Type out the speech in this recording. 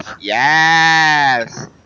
yes